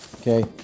Okay